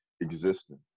existing